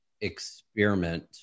experiment